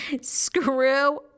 Screw